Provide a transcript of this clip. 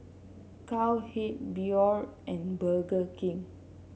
Cowhead Biore and Burger King